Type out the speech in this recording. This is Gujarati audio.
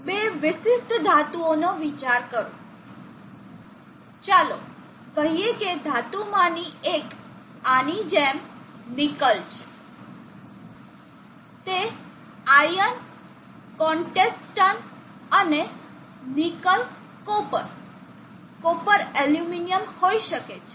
બે વિશિષ્ટ ધાતુઓનો વિચાર કરો ચાલો કહીએ કે ધાતુમાંની એક આની જેમ નિકલ છે તે આયર્ન કોન્ટેસ્ટન અને નિકલ કોપર કોપર એલ્યુમલ હોઈ શકે છે